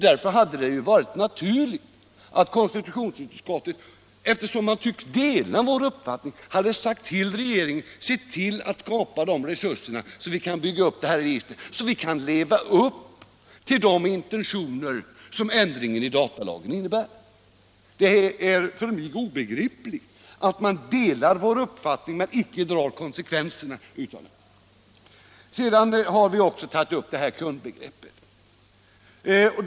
Därför hade det varit naturligt att konstitutionsutskottet, som tycks dela vår uppfattning, hade hemställt till regeringen att skapa de resurser som behövs för att inrätta registret, så att vi kan leva upp till de intentioner som ändringen i datalagen innebär. Det är för mig obegripligt att man delar vår uppfattning men inte drar konsekvenserna härav. Vi har också tagit upp frågan om kundbegreppet.